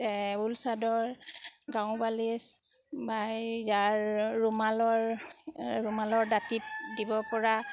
ঊল চাদৰ গাৰু বালিচ বা ইয়াৰ ৰুমালৰ ৰুমালৰ দাঁতিত দিব পৰা